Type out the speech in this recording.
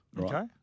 Okay